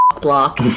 block